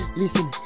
listen